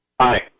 Hi